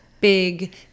big